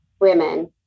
women